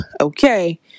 okay